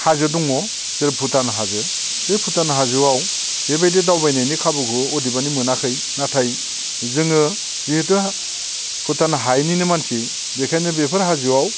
हाजो दङ भुटान हाजो बे भुटान हाजोआव बेबायदि दावबायनायनि खाबुखौ अदेबानि मोनाखै नाथाय जोङो जिहेथु भुटान हायेननिनो मानसि बेखायनो बेफोर हाजोआव